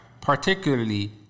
particularly